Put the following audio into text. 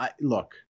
look-